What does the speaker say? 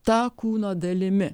ta kūno dalimi